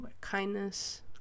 Kindness